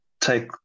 take